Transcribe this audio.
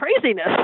craziness